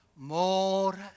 More